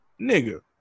nigga